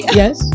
yes